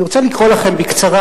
אני רוצה לקרוא לכם בקצרה,